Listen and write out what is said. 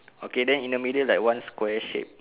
okay then in the middle like one square shape